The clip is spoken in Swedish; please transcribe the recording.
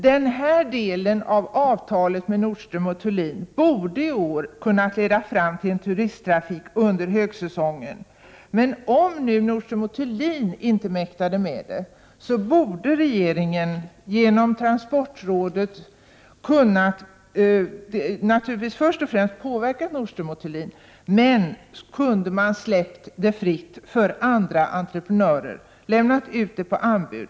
Den här delen av avtalet med Nordström & Thulin borde i år kunna leda fram till en god turisttrafik under högsäsongen. Men om nu Nordström & Thulin inte mäktar med detta borde regeringen genom transportrådet först och främst ha kunnat påverka Nordström & Thulin. Man kunde också ha släppt trafiken fri för andra entreprenörer och lämnat ut det hela på anbud.